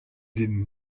din